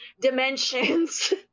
dimensions